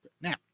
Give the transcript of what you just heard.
Now